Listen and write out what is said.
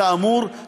כאמור,